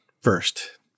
First